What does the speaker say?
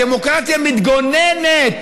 דמוקרטיה מתגוננת.